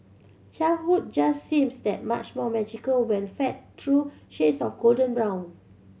childhood just seems that much more magical when fed through shades of golden brown